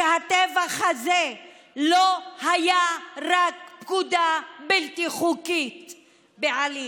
שהטבח הזה לא היה רק פקודה בלתי חוקית בעליל,